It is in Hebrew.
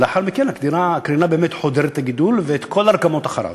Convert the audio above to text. ולאחר מכן הקרינה באמת חודרת את הגידול וגם את כל הרקמות אחריו.